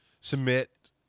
submit